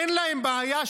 אין כמעט